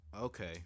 Okay